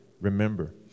remember